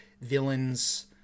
villain's